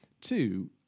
two